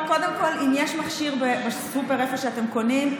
אם יש מכשיר בסופר איפה שאתם קונים,